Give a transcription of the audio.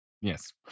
Yes